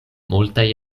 multaj